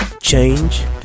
change